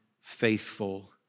faithful